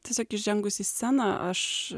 tiesiog įžengus į sceną aš